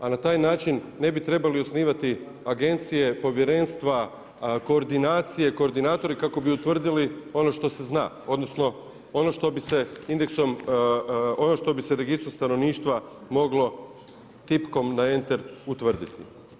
A na taj način ne bi trebali osnivati agencije, povjerenstva, koordinacije koordinatori kako bi utvrdili ono što se zna, odnosno ono što bi se registru stanovništva moglo tipkom na enter utvrditi.